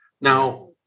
now